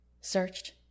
searched